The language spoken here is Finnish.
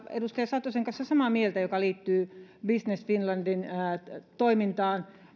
edustaja satosen kanssa samaa mieltä monessa asiassa mikä liittyy business finlandin toimintaan